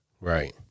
Right